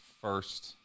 first